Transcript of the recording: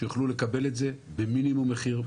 שיוכלו לקבל את זה במינימום מחיר,